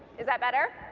is that better?